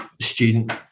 student